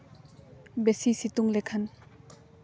ᱵᱮᱥᱤ ᱥᱤᱛᱩᱝ ᱞᱮᱠᱷᱟᱱ